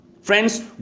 Friends